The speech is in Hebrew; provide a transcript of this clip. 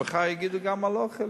שמחר יגידו גם על אוכל,